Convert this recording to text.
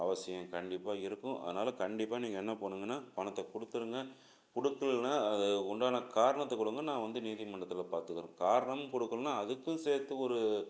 அவசியம் கண்டிப்பாக இருக்கும் அதனால் கண்டிப்பாக நீங்கள் என்ன பண்ணுங்கன்னா பணத்தை கொடுத்துருங்க கொடுக்கலன்னா அதுக்கு உண்டான காரணத்தை கொடுங்க நான் வந்து நீதிமன்றத்தில் பார்த்துக்குறேன் காரணமும் கொடுக்கலன்னா அதுக்கும் சேர்த்து ஒரு